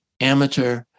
amateur